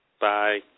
Bye